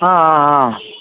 ஆ ஆ ஆ